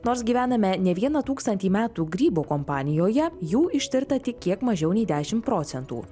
nors gyvename ne vieną tūkstantį metų grybų kompanijoje jų ištirta tik kiek mažiau nei dešim procentų